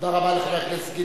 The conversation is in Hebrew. תודה רבה לחבר הכנסת גילאון.